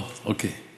אוה, אוקיי.